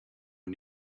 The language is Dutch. een